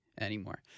anymore